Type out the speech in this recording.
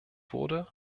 wurde